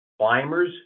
Climbers